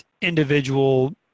individual